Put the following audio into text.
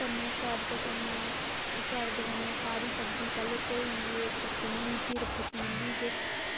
कन्नै करद कन्नै करद कन्नै सारी सब्ज़ी पाइयै धोनी ते फिर कट्टनी पतीली च